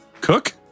Cook